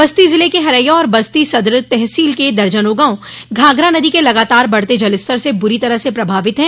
बस्ती जिले के हरैया और बस्ती सदर तहसील के दर्जनों गांव घाघरा नदी के लगातार बढ़ते जलस्तर से बुरी तरह से प्रभावित है